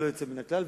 ללא יוצא מן הכלל,